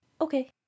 Okay